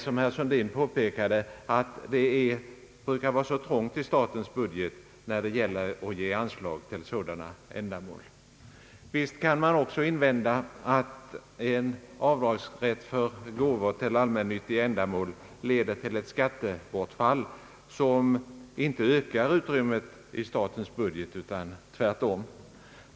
Som herr Sundin påpekat brukar det emellertid vara trångt i statens budget när det gäller att ge anslag till sådana ändamål. Visst kan man också invända att en avdragsrätt för gåvor till allmännyttiga ändamål leder till ett skattebortfall som inte ökar utrymmet i statens budget utan tvärtom.